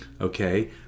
okay